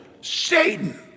Satan